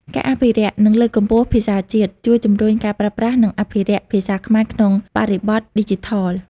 ការអភិរក្ស និងលើកកម្ពស់ភាសាជាតិ ជួយជំរុញការប្រើប្រាស់ និងអភិរក្សភាសាខ្មែរក្នុងបរិបទឌីជីថល។